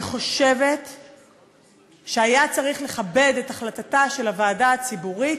אני חושבת שהיה צריך לכבד את החלטתה של הוועדה הציבורית,